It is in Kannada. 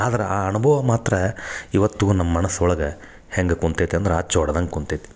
ಆದ್ರ ಆ ಅನುಭವ ಮಾತ್ರ ಇವತ್ತಿಗೂ ನಮ್ಮ ಮನಸ್ಸು ಒಳಗೆ ಹೆಂಗ ಕುಂತೈತೆ ಅಂದ್ರ ಅಚ್ಚು ಹೊಡ್ದಂಗ ಕುಂತೈತಿ